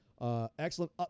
excellent